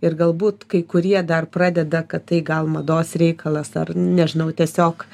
ir galbūt kai kurie dar pradeda kad tai gal mados reikalas ar nežinau tiesiog